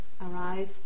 arise